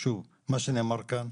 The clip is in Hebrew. שוב, מה שנאמר כאן,